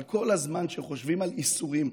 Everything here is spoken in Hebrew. אבל כל הזמן כשחושבים על איסורים,